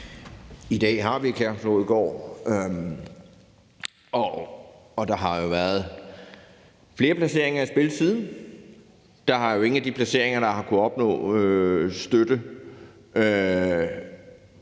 I dag har vi Kærshovedgård, og der har jo været flere placeringer i spil siden. Ingen af de placeringer har kunnet opnå støtte